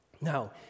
Now